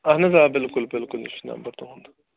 اَہَن حظ آ بِلکُل بِلکُل یہِ چھِ نمبَر تُہُنٛد